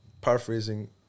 Paraphrasing